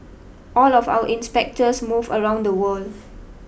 all of our inspectors move around the world